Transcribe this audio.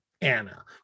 Anna